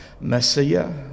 Messiah